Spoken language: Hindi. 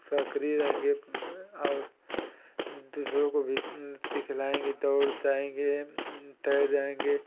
सक्रिय रहेंगे और दूसरों को भी सिखलाएँगे दौड़ जाएँगे तैर जाएँगे